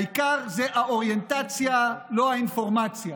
העיקר זה האוריינטציה, לא האינפורמציה.